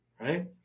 right